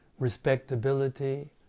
respectability